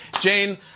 Jane